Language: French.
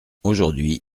aujourd’hui